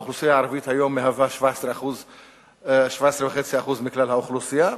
האוכלוסייה הערבית היום מהווה 17.5% מכלל האוכלוסייה,